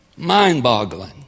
Mind-boggling